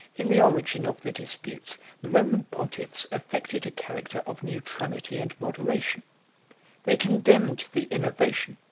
in the origin of the disputes the roman pontiffs affected a character of neutrality and moderation they condemned the innovation,